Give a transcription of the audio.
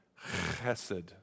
chesed